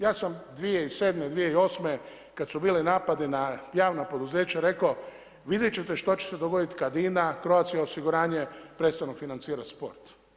Ja sam 2007., 2008. kad su bili napadi na javna poduzeća rekao, vidjet ćete što će se dogodit kad INA, Croatia osiguranje prestanu financirat sport.